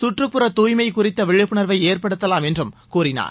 கற்றுப்புற தூய்மை குறித்த விழிப்புணர்வை ஏற்படுத்தலாம் என்றும் கூறினார்